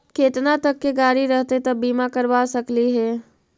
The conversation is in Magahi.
केतना तक के गाड़ी रहतै त बिमा करबा सकली हे?